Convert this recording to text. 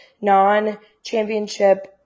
non-championship